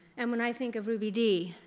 and when i think of ruby dee,